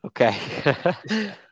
Okay